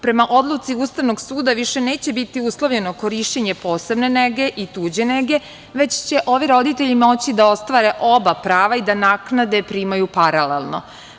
Prema odluci Ustavnog suda više neće biti uslovljeno korišćenje posebne nege i tuđe nege, već će ovi roditelji moći da ostvare oba prava i da naknade primaju paralelno.